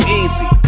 easy